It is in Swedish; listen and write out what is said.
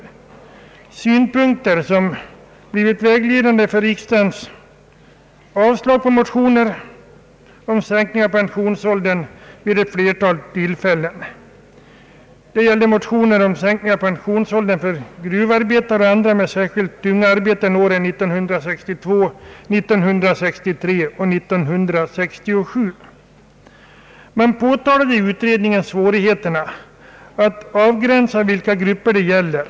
Dessa synpunkter har blivit vägledande för riksdagens avslag på motioner vid ett flertal tillfällen om en sänkning av pensionsåldern. Det har gällt motioner åren 1962, 1963 och 1967 om sänkning av pensionsåldern för gruvarbetare och andra med särskilt tunga arbeten. Utredningen framhöll svårigheterna att avgränsa vilka grupper det gäller.